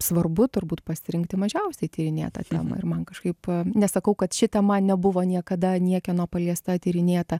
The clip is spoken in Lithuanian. svarbu turbūt pasirinkti mažiausiai tyrinėtą temą ir man kažkaip nesakau kad ši tema nebuvo niekada niekieno paliesta tyrinėta